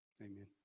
amen